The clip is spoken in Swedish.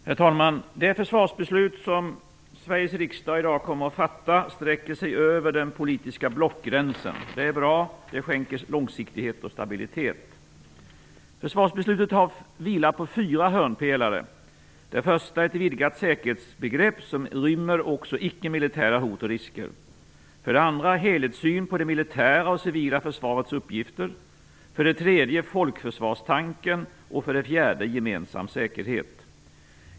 Herr talman! Det försvarsbeslut som Sveriges riksdag i dag kommer att fatta sträcker sig över den politiska blockgränsen. Det är bra. Det skänker långsiktighet och stabilitet. Försvarsbeslutet vilar på fyra hörnpelare. Det är för det första ett vidgat säkerhetsbegrepp, som rymmer också icke-militära hot och risker. För det andra är det en helhetssyn på det militära och civila försvarets uppgifter. För det tredje är det folkförsvarstanken. För det fjärde är det gemensam säkerhet.